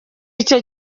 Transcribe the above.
icyo